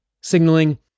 signaling